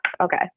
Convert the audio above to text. Okay